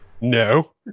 No